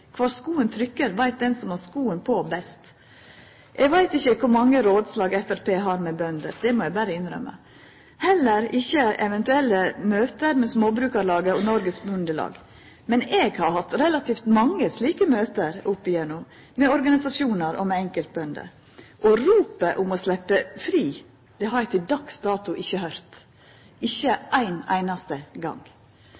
Kvar skoen trykkjer, veit den best som har skoen på. Eg veit ikkje kor mange rådslag Framstegspartiet har med bønder, det må eg berre innrømma – heller ikkje eventuelle møte med Småbrukarlaget og Noregs Bondelag – men eg har hatt relativt mange slike møte opp gjennom åra med organisasjonar og med enkeltbønder. Og ropet om å sleppa fri har eg til dags dato ikkje høyrt – ikkje